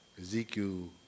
Ezekiel